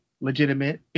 legitimate